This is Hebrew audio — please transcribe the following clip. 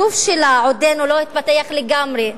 הגוף שלה עוד לא התפתח לגמרי,